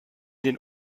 den